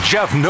Jeff